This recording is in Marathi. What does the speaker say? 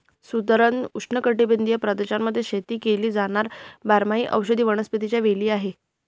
सुरण उष्णकटिबंधीय प्रदेशांमध्ये शेती केली जाणार बारमाही औषधी वनस्पतीच्या वेली आहे